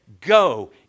go